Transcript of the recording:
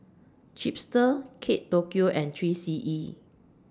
Chipster Kate Tokyo and three C E